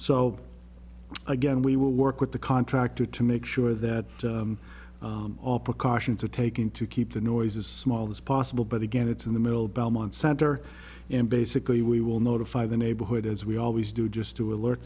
so again we will work with the contractor to make sure that all precautions are taken to keep the noise as small as possible but again it's in the middle belmont center and basically we will notify the neighborhood as we always do just to alert